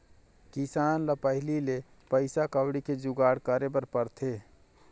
किसान ल पहिली ले पइसा कउड़ी के जुगाड़ करे बर पड़थे